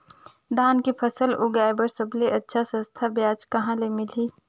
धान के फसल उगाई बार सबले अच्छा सस्ता ब्याज कहा ले मिलही?